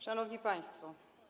Szanowni Państwo!